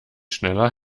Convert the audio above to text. schneller